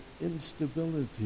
instability